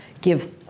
give